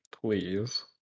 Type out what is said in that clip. please